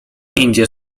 indie